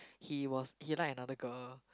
he was he like another girl